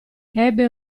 ebbe